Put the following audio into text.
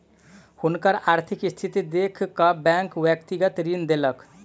हुनकर आर्थिक स्थिति देख कअ बैंक व्यक्तिगत ऋण देलक